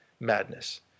Madness